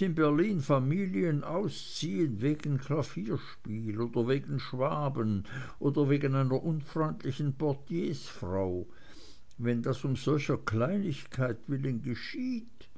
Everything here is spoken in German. in berlin familien ausziehen wegen klavierspiel oder wegen schwaben oder wegen einer unfreundlichen portiersfrau wenn das um solcher kleinigkeiten willen geschieht